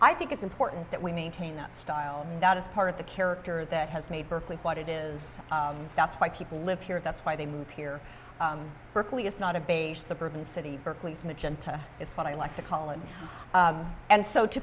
i think it's important that we maintain that style that is part of the character that has made berkeley what it is that's why people live here that's why they moved here berkeley it's not a big change suburban city berkeley's magenta it's what i like to call it and so to